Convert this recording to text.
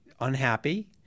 Unhappy